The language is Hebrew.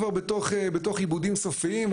כבר בתוך עיבודים סופיים,